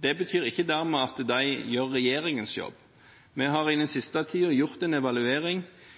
Det betyr ikke at de dermed gjør regjeringens jobb. Vi har i den siste tiden gjort en evaluering